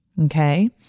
Okay